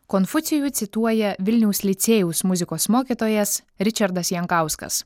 konfucijų cituoja vilniaus licėjaus muzikos mokytojas ričardas jankauskas